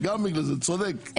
צודק.